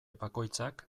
bakoitzak